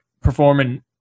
performing